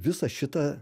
visą šitą